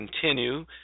continue